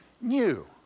new